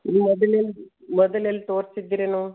ನೀವು ಮೊದಲೆಲ್ಲ ಮೊದಲೆಲ್ಲ ತೋರಿಸಿದ್ರೇನು